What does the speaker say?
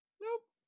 nope